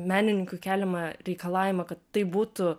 menininkų keliamą reikalavimą kad tai būtų